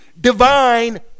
divine